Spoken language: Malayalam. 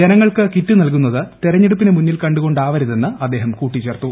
ജനങ്ങൾക്ക് കിറ്റ് നൽകുന്നത് തിരഞ്ഞെടുപ്പിനെ മുന്നിൽ കണ്ടു കൊണ്ടാവരുതെന്നും അദ്ദേഹം കൂട്ടിചേർത്തു